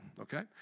okay